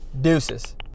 Deuces